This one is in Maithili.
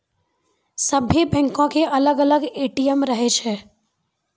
सभ्भे बैंको के अलग अलग ए.टी.एम रहै छै